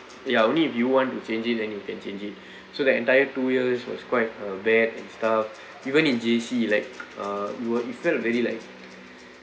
ya only if you want to change it then you can change it so that entire two years was quite a bad and stuff even in J_C like uh you were it felt very like